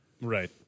right